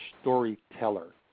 storyteller